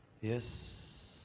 yes